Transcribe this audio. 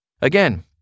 Again